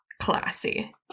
Classy